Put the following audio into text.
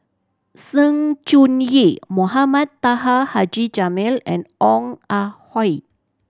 Sng Choon Yee Mohamed Taha Haji Jamil and Ong Ah Hoi